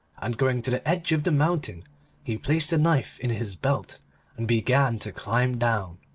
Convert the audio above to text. and going to the edge of the mountain he placed the knife in his belt and began to climb down.